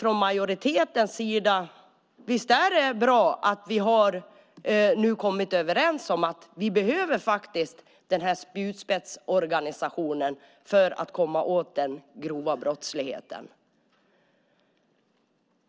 Det är bra att vi har kommit överens om att Sverige behöver en spjutspetsorganisation för att komma åt den grova brottsligheten.